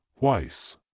twice